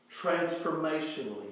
transformationally